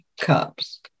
cups